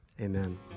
amen